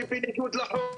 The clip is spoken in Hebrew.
וזה בניגוד לחוק.